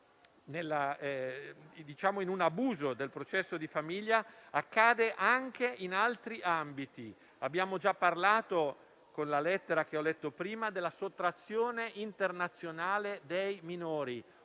in un abuso del processo di famiglia accade anche in altri ambiti. Abbiamo già parlato, con la lettera che ho letto prima, della sottrazione internazionale dei minori,